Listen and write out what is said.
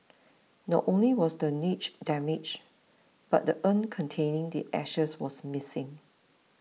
not only was the niche damaged but the urn containing the ashes was missing